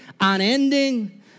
unending